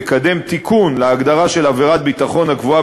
לקדם תיקון להגדרה של עבירת ביטחון הקבועה